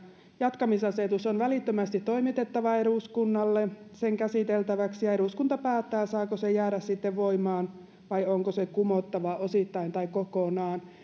jatkamisasetus on välittömästi toimitettava eduskunnalle sen käsiteltäväksi ja eduskunta päättää saako se sitten jäädä voimaan vai onko se kumottava osittain tai kokonaan